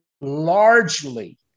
largely